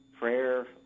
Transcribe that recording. prayer